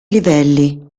livelli